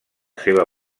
seva